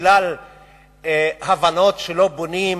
בגלל ההבנות שלא בונים.